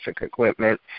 Equipment